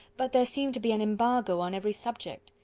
but there seemed to be an embargo on every subject.